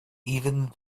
even